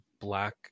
black